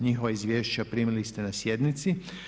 Njihova izvješća primili ste na sjednici.